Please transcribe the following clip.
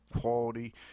quality